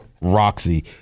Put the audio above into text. Roxy